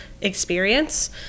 experience